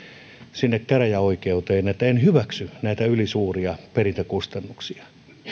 sinne käräjäoikeuteen että ei hyväksytä näitä ylisuuria perintäkustannuksia